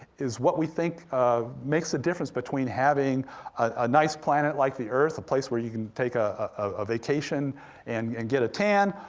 is what we think makes a difference between having a nice planet like the earth, a place where you can take a a vacation and and get a tan,